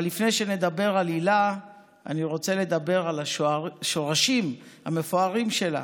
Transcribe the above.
אבל לפני שנדבר על הילה אני רוצה לדבר על השורשים המפוארים שלה.